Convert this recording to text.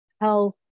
health